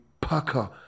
pucker